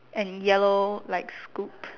and yellow like scoop